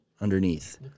underneath